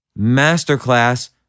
masterclass